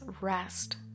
rest